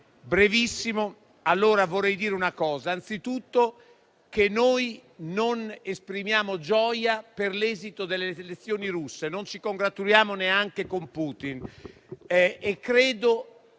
brevissimo. Vorrei, allora, dire una cosa. Anzitutto, noi non esprimiamo gioia per l'esito delle elezioni russe. Non ci congratuliamo neanche con Putin e credo